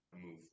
move